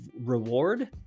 reward